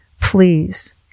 please